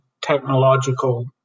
technological